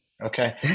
okay